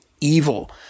evil